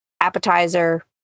appetizer